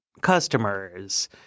customers